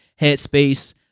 headspace